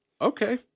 Okay